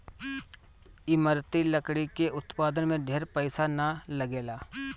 इमारती लकड़ी के उत्पादन में ढेर पईसा ना लगेला